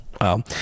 wow